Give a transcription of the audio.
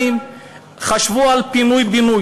2. חשבו על פינוי-בינוי.